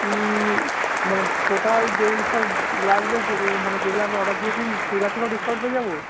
মানে টোটাল যেই সব লাগবে সেইগুলো মানে যেইগুলো আমরা অর্ডার দিয়েছি সেইগুলো থেকেও ডিসকাউন্ট পেয়ে যাব